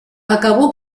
acabó